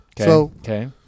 Okay